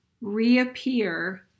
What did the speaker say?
reappear